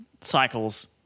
cycles